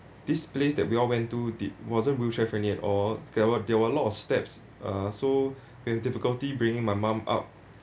this place that we all went to did wasn't wheelchair-friendly at all there were there were a lot of steps uh so its difficulty bringing my mum up